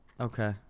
Okay